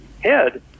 head